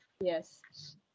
Yes